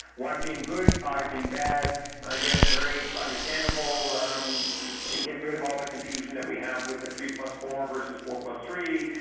one being good, five being bad, and again, very understandable um and gets rid of all the confusion that we have with the three plus four versus four plus three,